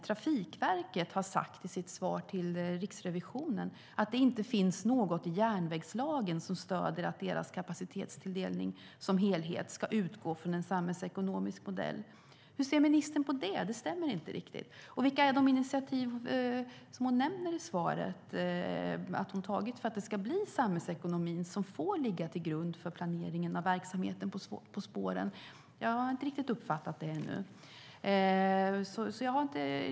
Trafikverket har dock i sitt svar till Riksrevisionen sagt att det inte finns något i järnvägslagen som stöder att deras kapacitetstilldelning som helhet ska utgå från en samhällsekonomisk modell. Hur ser ministern på det? Det stämmer inte riktigt. Vilka är de initiativ hon i svaret nämner att hon har tagit för att det ska bli samhällsekonomin som får ligga till grund för planeringen av verksamheten på spåren? Jag har inte riktigt uppfattat det än.